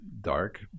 dark